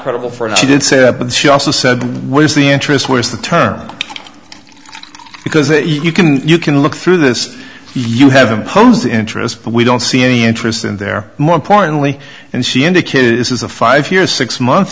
credible for and she did say that but she also said was the interest was the term because you can you can look through this you have homes interest but we don't see any interest in there more importantly and she indicated this is a five year six